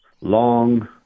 long